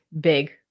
big